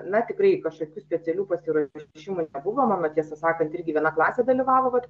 na tikrai kažkokių specialių pasiruošimų nebuvo mano tiesą sakant irgi viena klasė dalyvavo vat